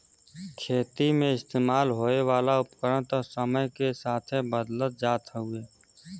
खेती मे इस्तेमाल होए वाला उपकरण त समय के साथे बदलत जात हउवे